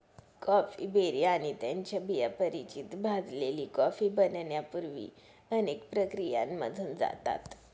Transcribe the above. coffee berry आणि त्यांच्या बिया परिचित भाजलेली कॉफी बनण्यापूर्वी अनेक प्रक्रियांमधून जातात